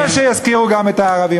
אז אני לא אומר שיזכירו גם את הערבים.